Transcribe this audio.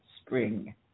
spring